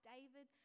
David